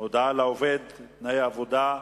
הודעה לעובד (תנאי עבודה)